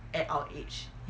at our age